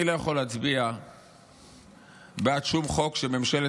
אני לא יכול להצביע בעד שום חוק שממשלת